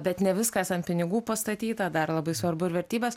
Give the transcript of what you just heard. bet ne viskas ant pinigų pastatyta dar labai svarbu ir vertybės